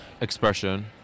Expression